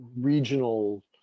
regional